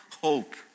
hope